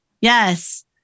yes